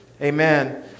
Amen